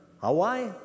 Hawaii